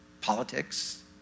politics